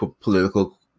political